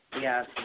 Yes